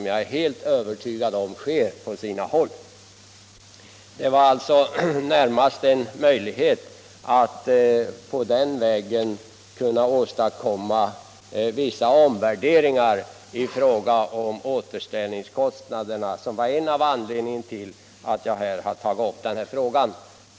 Jag är helt övertygad om att så sker på sina håll. Möjligheten att den här vägen nå vissa omvärderingar då det gäller återställningskostnaderna var en av anledningarna till att jag tog upp frågan.